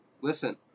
listen